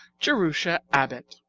jerusha abbott